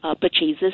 purchases